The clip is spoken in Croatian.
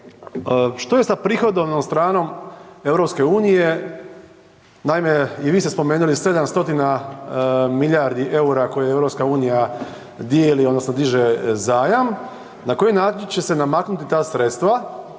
Što je sa prihodovnom stranom EU? Naime, i vi ste spomenuli 7 stotina milijardi EUR-a koje EU dijeli odnosno diže zajam. Na koji način će se namaknuti ta sredstva